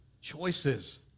choices